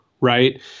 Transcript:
right